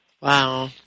Wow